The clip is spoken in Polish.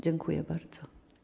Dziękuję bardzo.